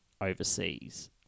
overseas